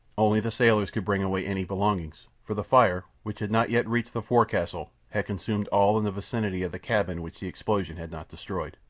only the sailors could bring away any belongings, for the fire, which had not yet reached the forecastle, had consumed all in the vicinity of the cabin which the explosion had not destroyed.